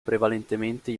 prevalentemente